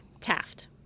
Taft